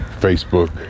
Facebook